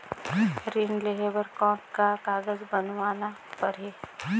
ऋण लेहे बर कौन का कागज बनवाना परही?